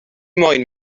moyn